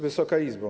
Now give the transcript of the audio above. Wysoka Izbo!